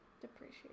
Depreciate